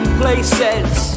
places